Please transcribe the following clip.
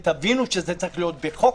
תבינו שזה חייב להיות בחוק